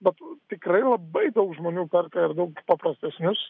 bet tikrai labai daug žmonių perka ir daug paprastesnius